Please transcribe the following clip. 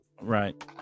Right